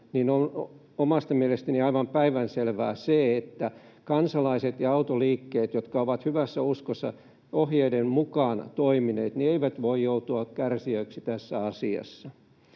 niin omasta mielestäni on aivan päivänselvää se, että kansalaiset ja autoliikkeet, jotka ovat hyvässä uskossa ohjeiden mukaan toimineet, eivät voi joutua kärsijöiksi tässä asiassa.